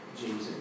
Jesus